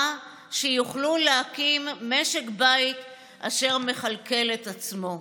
שיוכלו להקים משק בית אשר מכלכל את עצמו.